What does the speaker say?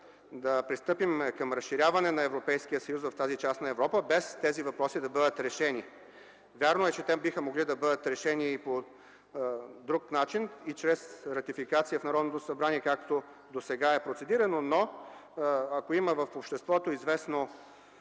да пристъпим към разширяване на Европейския съюз в тази част на Европа, без тези въпроси да бъдат решени. Вярно е, че биха могли да бъдат решени и по друг начин, и чрез ратификация в Народното събрание, както досега е процедирано, но ако в обществото има известно